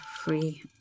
free